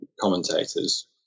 commentators